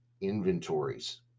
inventories